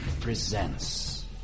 presents